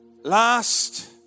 Last